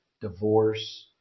divorce